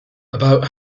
about